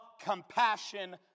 compassion